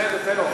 בסדר, תן לו,